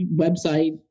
website